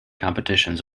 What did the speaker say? competitions